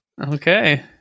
Okay